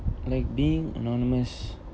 like being anonymous